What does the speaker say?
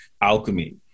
alchemy